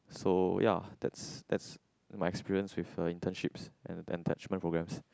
so ya that's that's my experience with uh internships and attachment programmes